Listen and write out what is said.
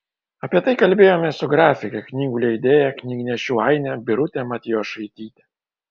apie tai kalbėjomės su grafike knygų leidėja knygnešių aine birute matijošaityte